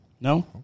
No